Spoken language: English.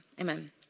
amen